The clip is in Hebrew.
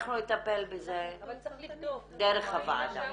אנחנו נטפל בזה דרך הוועדה.